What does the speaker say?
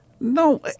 no